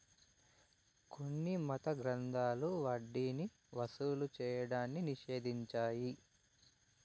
కొన్ని మత గ్రంథాలు వడ్డీని వసూలు చేయడాన్ని నిషేధించాయి